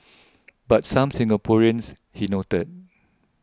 but some Singaporeans he noted